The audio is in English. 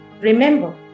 remember